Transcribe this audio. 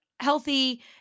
healthy